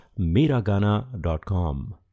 MiraGana.com